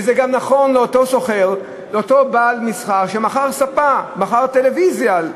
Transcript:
וזה גם נכון לאותו סוחר שמכר ספה, מכר טלוויזיה,